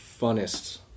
funnest